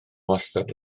wastad